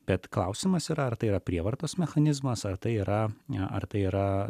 bet klausimas yra ar tai yra prievartos mechanizmas ar tai yra ne ar tai yra